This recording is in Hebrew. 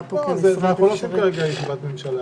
אנחנו לא עושים כרגע ישיבת ממשלה.